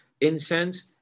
incense